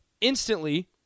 instantly